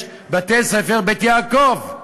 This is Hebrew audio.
יש בתי-ספר "בית יעקב",